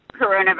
coronavirus